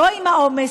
לא עם העומס,